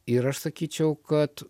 ir aš sakyčiau kad